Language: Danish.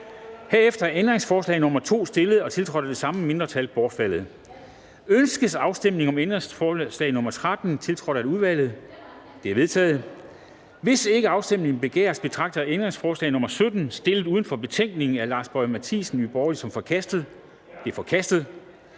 Herefter er ændringsforslag nr. 2, stillet og tiltrådt af det samme mindretal, bortfaldet. Ønskes afstemning om ændringsforslag nr. 13, tiltrådt af udvalget? Det er vedtaget. Hvis ikke afstemning begæres, betragter jeg ændringsforslag nr. 17, stillet uden for betænkningen af hr. Lars Boje Mathiesen fra Nye Borgerlige, som forkastet. Det er forkastet.